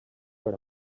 per